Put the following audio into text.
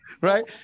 Right